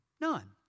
None